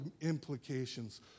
implications